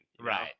right